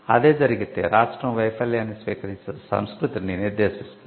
అదే జరిగితే రాష్ట్రం వైఫల్యాన్ని స్వీకరించే సంస్కృతిని నిర్దేశిస్తుంది